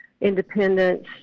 Independence